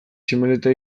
tximeleta